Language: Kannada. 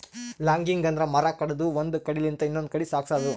ಲಾಗಿಂಗ್ ಅಂದ್ರ ಮರ ಕಡದು ಒಂದ್ ಕಡಿಲಿಂತ್ ಇನ್ನೊಂದ್ ಕಡಿ ಸಾಗ್ಸದು